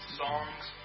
songs